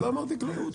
אמרנו: